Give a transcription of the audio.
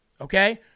okay